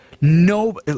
no